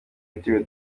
yitiriwe